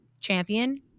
champion